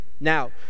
Now